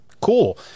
cool